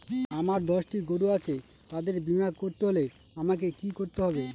আমার দশটি গরু আছে তাদের বীমা করতে হলে আমাকে কি করতে হবে?